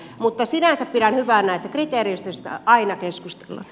mutta sinänsä pidän hyvänä että kriteeristöstä aina keskustellaan